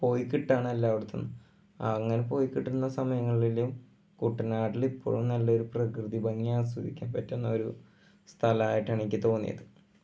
പോയി കിട്ടാണ് എല്ലായിടത്ത് നിന്നും അങ്ങനെ പോയി കിട്ടുന്ന സമയങ്ങളിൽ കുട്ടനാട്ടിൽ ഇപ്പോഴും നല്ലൊരു പ്രകൃതി ഭംഗി ആസ്വദിക്കാൻ പറ്റുന്നൊരു സ്ഥലമായിട്ടാണെനിക്ക് തോന്നിയത്